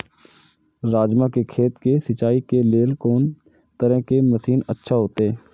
राजमा के खेत के सिंचाई के लेल कोन तरह के मशीन अच्छा होते?